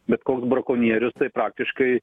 bet koks brakonierius tai praktiškai